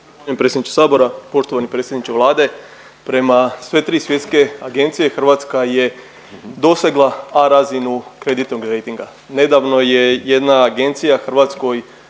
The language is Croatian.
Zahvaljujem predsjedniče sabora. Poštovani predsjedniče Vlade, prema sve tri svjetske agencije Hrvatska je dosegla A razinu kreditnog rejtinga. Nedavno je jedna agencija Hrvatskoj